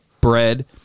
bread